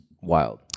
Wild